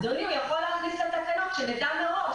אדוני, הוא יכול להכניס לתקנות שנדע מראש.